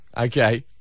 Okay